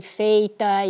feita